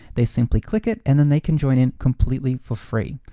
they simply click it, and then they can join in completely for free.